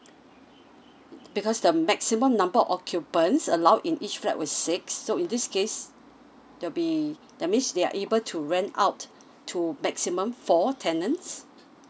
mm because the maximum number of occupants allowed in each flat was six so in this case there'll be that means they are able to rent out to maximum four tenants